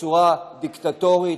בצורה דיקטטורית,